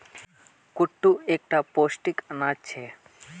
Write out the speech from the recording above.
कुट्टू एक टा पौष्टिक अनाज छे